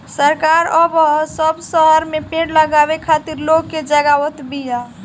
सरकार अब सब शहर में पेड़ लगावे खातिर लोग के जगावत बिया